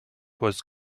was